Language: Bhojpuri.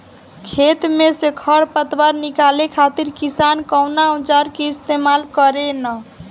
खेत में से खर पतवार निकाले खातिर किसान कउना औजार क इस्तेमाल करे न?